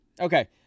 okay